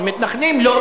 אבל מתנחלים לא.